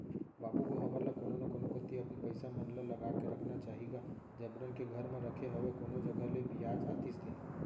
बाबू गो हमन ल कोनो न कोनो कोती अपन पइसा मन ल लगा के रखना चाही गा जबरन के घर म रखे हवय कोनो जघा ले बियाज आतिस ते